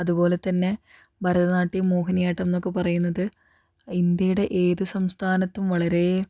അതുപോലെതന്നെ ഭരതനാട്യം മോഹിനിയാട്ടം എന്നൊക്കെ പറയുന്നത് ഇന്ത്യയുടെ ഏതു സംസ്ഥാനത്തും വളരെ